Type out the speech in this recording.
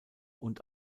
und